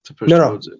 No